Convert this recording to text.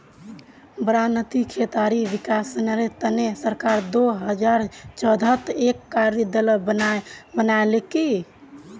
बारानीत खेतीर विकासेर तने सरकार दो हजार चौदहत एक कार्य दल बनैय्यालकी